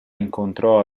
incontrò